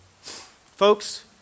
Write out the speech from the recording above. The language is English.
Folks